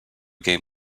game